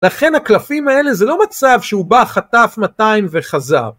לכן הקלפים האלה זה לא מצב שהוא בא חטף 200 וחזר